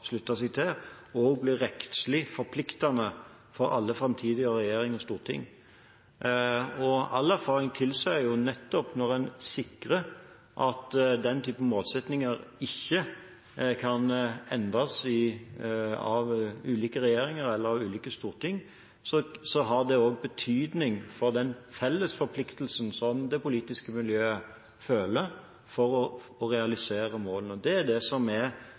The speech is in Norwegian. seg til, også blir rettslig forpliktende for alle framtidige regjeringer og storting. All erfaring tilsier at nettopp når en sikrer at den typen målsettinger ikke kan endres av ulike regjeringer eller ulike storting, har det også betydning for den felles forpliktelsen som det politiske miljøet føler for å realisere målene. Det er det som er